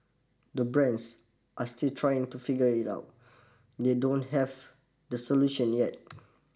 the brands are still trying to figure it out they don't have the solution yet